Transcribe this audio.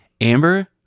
Amber